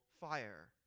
fire